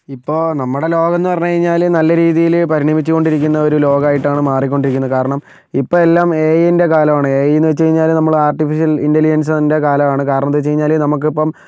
ഇപ്പോൾ നമ്മുടെ ലോകം എന്ന് പറഞ്ഞ്കഴിഞ്ഞാൽ നല്ലരീതിയിൽ പരിണമിച്ചുകൊണ്ടിരിക്കുന്നൊരു ഒരു ലോകമായിട്ടാണ് മാറിക്കൊണ്ടിരിക്കുന്നത് കാരണം ഇപ്പോൾ എല്ലാം എ ഐൻ്റെ കാലമാണ് എ ഐ വെച്ചുകഴിഞ്ഞാൽ നമ്മൾ ആർട്ടിഫിഷൽ ഇന്റലിജൻസിൻ്റെ കാലമാണ് കാരണമെന്താ വെച്ച് കഴിഞ്ഞാൽ നമുക്കിപ്പം